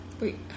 Wait